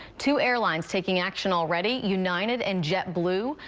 two airlines taking action already, united and jetblue.